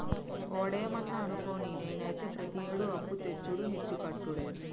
ఒవడేమన్నా అనుకోని, నేనైతే ప్రతియేడూ అప్పుతెచ్చుడే మిత్తి కట్టుడే